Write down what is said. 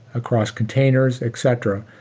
across containers, etc.